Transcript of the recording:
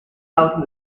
out